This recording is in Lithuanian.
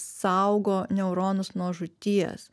saugo neuronus nuo žūties